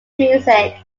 music